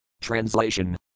Translation